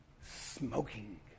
smoking